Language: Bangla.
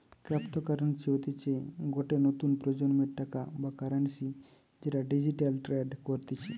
ক্র্যাপ্তকাররেন্সি হতিছে গটে নতুন প্রজন্মের টাকা বা কারেন্সি যেটা ডিজিটালি ট্রেড করতিছে